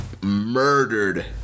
murdered